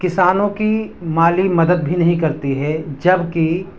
کسانوں کی مالی مدد بھی نہیں کرتی ہے جب کہ